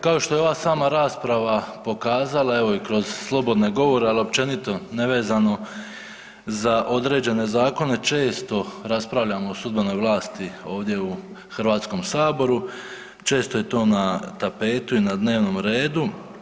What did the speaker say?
Kao što je i ova sama rasprava pokazala, evo i kroz slobodne govore, al općenito nevezano za određene zakone, često raspravljamo o sudbenoj vlasti ovdje u HS, često je to na tapetu i na dnevnom redu.